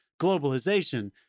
globalization